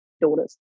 daughters